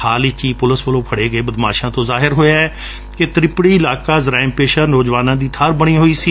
ਹਾਲ ਵਿਚ ਪੁਲਿਸ ਵੱਲੋਂ ਫੜੇ ਗਏ ਬਦਮਾਸਾਂ ਤੋਂ ਜ਼ਾਹਿਰ ਹੋਇਐ ਕਿ ਤਿਪੜੀ ਇਲਾਕਾ ਜ਼ਰਾਇਸ ਪੇਸ਼ਾ ਨੌਜਵਾਨਾਂ ਦੀ ਠਾਹਰ ਬਣੀ ਹੋਈ ਸੀ